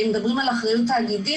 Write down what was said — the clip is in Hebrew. אם מדברים על אחריות תאגידית,